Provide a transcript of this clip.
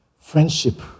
Friendship